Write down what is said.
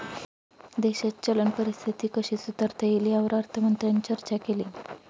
देशाची चलन परिस्थिती कशी सुधारता येईल, यावर अर्थमंत्र्यांनी चर्चा केली